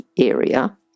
area